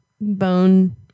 bone